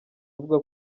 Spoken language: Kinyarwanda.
avuga